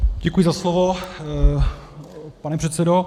Děkuji za slovo, pane předsedo.